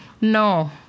No